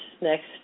next